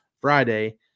Friday